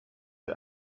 für